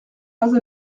pas